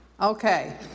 Okay